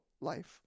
life